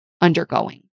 undergoing